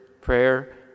prayer